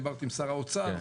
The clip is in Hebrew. דיברתי עם שר האוצר,